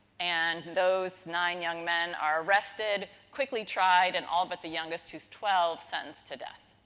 and, those nine young men are arrested, quickly tried, and all but the youngest, who's twelve, sentenced to death.